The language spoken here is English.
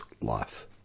life